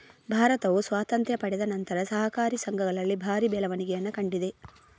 ಭಾರತವು ಸ್ವಾತಂತ್ರ್ಯ ಪಡೆದ ನಂತರ ಸಹಕಾರಿ ಸಂಘಗಳಲ್ಲಿ ಭಾರಿ ಬೆಳವಣಿಗೆಯನ್ನ ಕಂಡಿದೆ